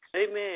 Amen